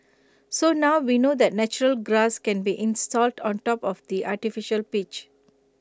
so now we know that natural grass can be installed on top of the artificial pitch